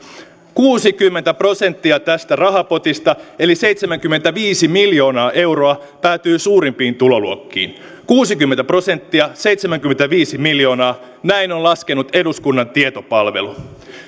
kuusikymmentä prosenttia tästä rahapotista eli seitsemänkymmentäviisi miljoonaa euroa päätyy suurimpiin tuloluokkiin kuusikymmentä prosenttia seitsemänkymmentäviisi miljoonaa näin on laskenut eduskunnan tietopalvelu